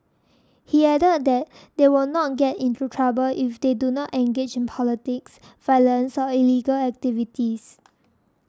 he added that they would not get into trouble if they do not engage in politics violence or illegal activities